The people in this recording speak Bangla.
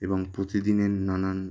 এবং প্রতিদিনের নানান